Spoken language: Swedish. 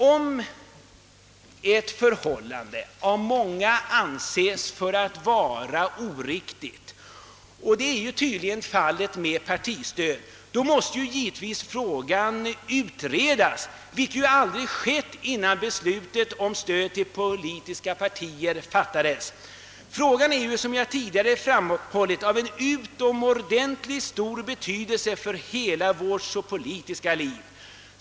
Om ett förhållande av många anses vara oriktigt, vilket tydligen är fallet med partistödet, måste givetvis frågan utredas, något som aldrig skett innan beslut om stöd till politiska partier fattades. Frågan är såsom tidigare framhållits av utomordentligt stor betydelse för hela vårt politiska liv.